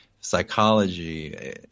psychology